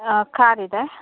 ಹಾಂ ಕಾರ್ ಇದೆ